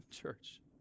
Church